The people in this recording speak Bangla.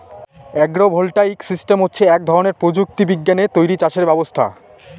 আগ্র ভোল্টাইক সিস্টেম হচ্ছে এক ধরনের প্রযুক্তি বিজ্ঞানে তৈরী চাষের ব্যবস্থা